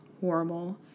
horrible